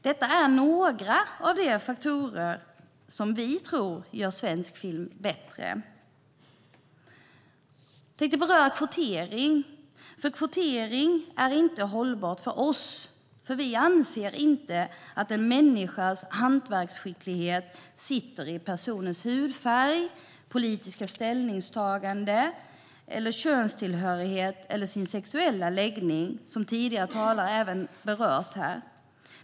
Detta är några av de faktorer som vi tror gör svensk film bättre. Jag tänkte beröra kvotering. Kvotering är inte hållbart för oss. Vi anser att en människas hantverksskicklighet inte sitter i personens hudfärg, politiska ställningstagande, könstilltillhörighet eller sexuella läggning, som även tidigare talare har berört.